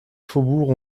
faubourgs